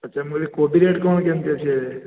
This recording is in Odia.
ଆଚ୍ଛା ମୁଁ କହିଲି କୋବି ରେଟ୍ କ'ଣ କେମିତି ଅଛି